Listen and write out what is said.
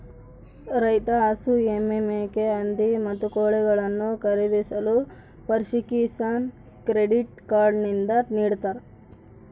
ರೈತ ಹಸು, ಎಮ್ಮೆ, ಮೇಕೆ, ಹಂದಿ, ಮತ್ತು ಕೋಳಿಗಳನ್ನು ಖರೀದಿಸಲು ಪಶುಕಿಸಾನ್ ಕ್ರೆಡಿಟ್ ಕಾರ್ಡ್ ನಿಂದ ನಿಡ್ತಾರ